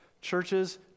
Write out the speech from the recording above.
Churches